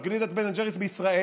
את גלידת בן אנד ג'ריס בישראל.